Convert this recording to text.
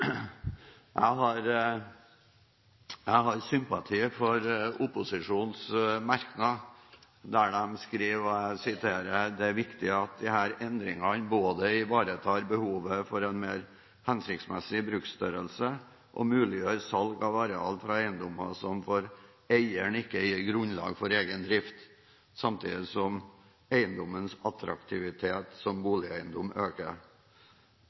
Jeg har sympati for opposisjonens merknad der de skriver at «det er viktig at endringene både ivaretar behovet for mer hensiktsmessige bruksstørrelser og muliggjør salg av areal fra eiendommer som for eieren ikke gir grunnlag for egen drift, samtidig som eiendommens attraktivitet som boligeiendom øker».